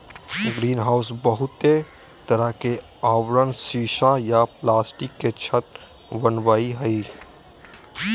greenhouse बहुते तरह के आवरण सीसा या प्लास्टिक के छत वनावई हई